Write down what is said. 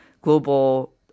global